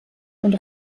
und